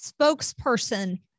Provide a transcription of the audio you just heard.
spokesperson